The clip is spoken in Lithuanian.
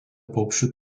paukščių